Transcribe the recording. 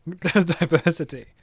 diversity